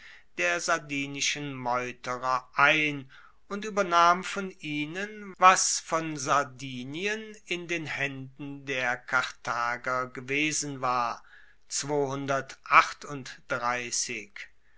der sardinischen meuterer ein und uebernahm von ihnen was von sardinien in den haenden der karthager gewesen war